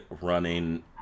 running